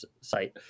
site